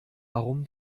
warum